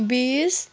बिस